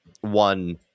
one